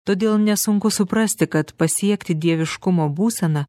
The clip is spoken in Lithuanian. todėl nesunku suprasti kad pasiekti dieviškumo būseną